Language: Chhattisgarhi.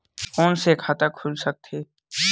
फोन से खाता खुल सकथे?